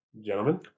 Gentlemen